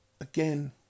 Again